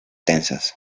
tensas